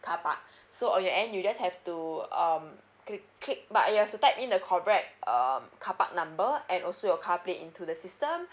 carpark so on your end you just have to um click click but you have to type in the correct um carpark number and also your car plate into the system